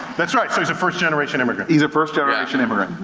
that's right, so he's a first generation immigrant. he's a first generation immigrant.